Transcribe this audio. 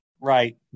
Right